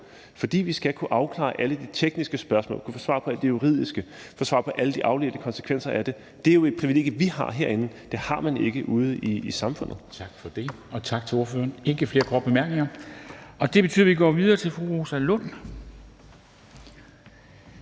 for vi skal kunne afklare alle de tekniske spørgsmål, kunne få svar på alt det juridiske, få svar på alle de afledte konsekvenser af det. Det er jo et privilegium, vi har herinde; det har man ikke ude i samfundet. Kl. 18:02 Formanden (Henrik Dam Kristensen): Tak for det, og tak til ordføreren. Der er ikke flere korte bemærkninger, og det betyder, at vi går videre til fru Rosa Lund,